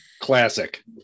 Classic